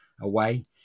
away